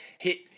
hit